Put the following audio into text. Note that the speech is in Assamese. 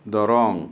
দৰং